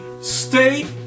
stay